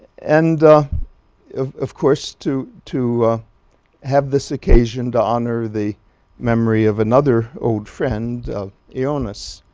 and of of course to to have this occasion to honor the memory of another old friend ioannis.